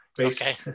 okay